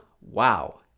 wow